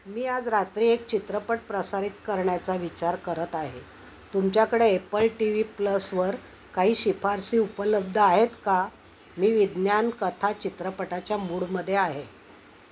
मी आज रात्री एक चित्रपट प्रसारित करण्याचा विचार करत आहे तुमच्याकडे एपल टी व्ही प्लसवर काही शिफारसी उपलब्ध आहेत का मी विज्ञान कथा चित्रपटाच्या मूडमध्ये आहे